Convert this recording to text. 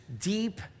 deep